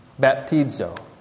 baptizo